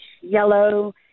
yellow